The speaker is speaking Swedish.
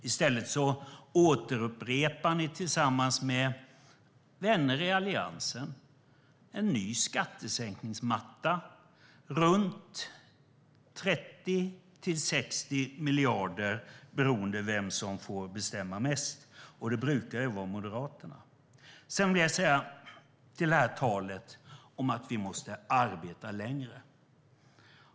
I stället upprepar ni tillsammans med vänner i Alliansen en ny skattesänkningsmatta runt 30 till 60 miljarder beroende på vem som får bestämma mest, och det brukar ju vara Moderaterna. Sedan vill jag säga en sak angående talet om att vi måste arbeta längre.